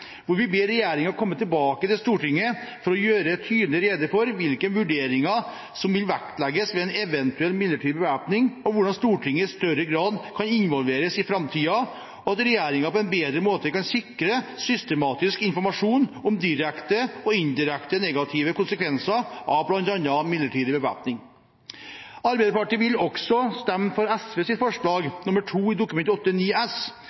hvor vi ber regjeringen komme tilbake til Stortinget for å gjøre tydelig rede for hvilke vurderinger som vil vektlegges ved en eventuell midlertidig bevæpning, hvordan Stortinget i større grad kan involveres i framtiden, og hvordan regjeringen på en bedre måte kan sikre systematisk informasjon om direkte og indirekte negative konsekvenser av bl.a. midlertidig bevæpning. Arbeiderpartiet vil også stemme for SVs forslag nr. 2 i Representantforslag 9 S,